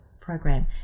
program